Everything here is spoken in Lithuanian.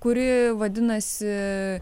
kuri vadinasi